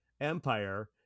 Empire